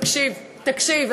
תקשיב,